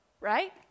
right